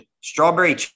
strawberry